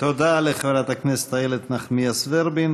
תודה לחברת הכנסת איילת נחמיאס ורבין.